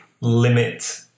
limit